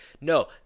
No